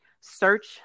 search